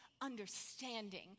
understanding